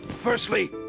Firstly